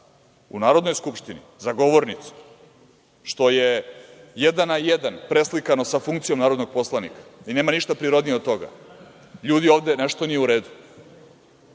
u Narodnoj skupštini za govornicom, što je jedan na jedan preslikano sa funkcijom narodnog poslanika i nema ništa prirodnije od toga, ljudi, ovde nešto nije u redu,